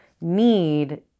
need